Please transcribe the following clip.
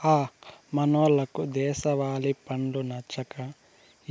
హ మనోళ్లకు దేశవాలి పండ్లు నచ్చక